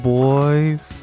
boys